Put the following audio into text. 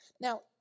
Now